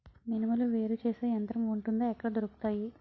మినుములు వేరు చేసే యంత్రం వుంటుందా? ఎక్కడ దొరుకుతాయి?